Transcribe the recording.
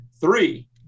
Three